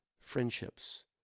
friendships